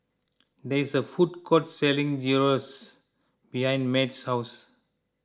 there is a food court selling Gyros behind Math's house